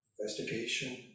Investigation